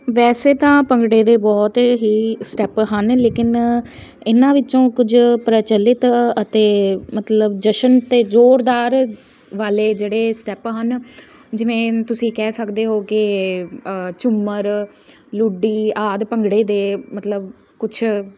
ਵੈਸੇ ਤਾਂ ਭੰਗੜੇ ਦੇ ਬਹੁਤ ਹੀ ਸਟੈਪ ਹਨ ਲੇਕਿਨ ਇਹਨਾਂ ਵਿੱਚੋਂ ਕੁਝ ਪ੍ਰਚਲਿਤ ਅਤੇ ਮਤਲਬ ਜਸ਼ਨ ਅਤੇ ਜ਼ੋਰਦਾਰ ਵਾਲੇ ਜਿਹੜੇ ਸਟੈਪ ਹਨ ਜਿਵੇਂ ਤੁਸੀਂ ਕਹਿ ਸਕਦੇ ਹੋ ਕਿ ਝੂਮਰ ਲੁੱਡੀ ਆਦਿ ਭੰਗੜੇ ਦੇ ਮਤਲਬ ਕੁਛ